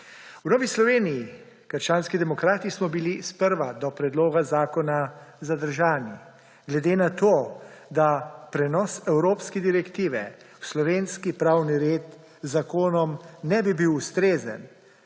V Novi Sloveniji − krščanski demokrati smo bili sprva do predloga zakona zadržani. Glede na to, da prenos evropske direktive v slovenski pravni red z zakonom ne bi bil ustrezen,